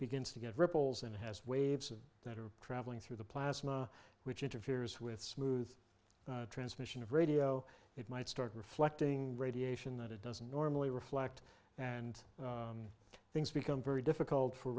begins to get ripples and it has waves that are traveling through the plasma which interferes with smooth transmission of radio it might start reflecting radiation that it doesn't normally reflect and things become very difficult for